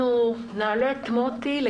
אני יכולה לסיים קודם?